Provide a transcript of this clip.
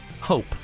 hope